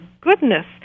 goodness